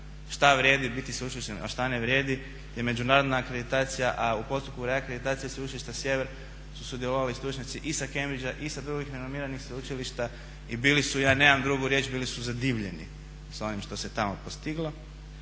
šta vrijedi biti sveučilište a šta ne vrijedi je međunarodna akreditacija a u postupku reakreditacije Sveučilišta Sjever su sudjelovali stručnjaci i sa Cambridgea i sa drugih renomiranih sveučilišta i bili su, ja nemam drugu riječ, bili su zadivljeni sa onim što se tamo postiglo.